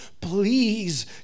Please